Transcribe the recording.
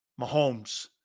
Mahomes